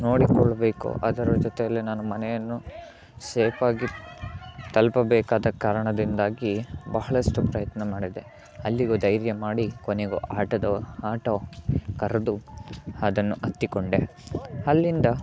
ನೋಡಿಕೊಳ್ಳಬೇಕು ಅದರ ಜೊತೆಯಲ್ಲೇ ನಾನು ಮನೆಯನ್ನು ಸೇಫಾಗಿ ತಲುಪಬೇಕಾದ ಕಾರಣದಿಂದಾಗಿ ಬಹಳಷ್ಟು ಪ್ರಯತ್ನ ಮಾಡಿದೆ ಅಲ್ಲಿಗೂ ಧೈರ್ಯ ಮಾಡಿ ಕೊನೆಗೂ ಆಟೋದವ ಆಟೊ ಕರೆದು ಅದನ್ನು ಹತ್ತಿಕೊಂಡೆ ಅಲ್ಲಿಂದ